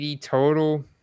total